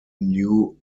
new